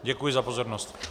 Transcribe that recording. Děkuji za pozornost.